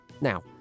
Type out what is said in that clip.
Now